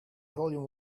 volume